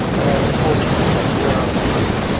as opposed to a derelict building?